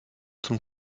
zum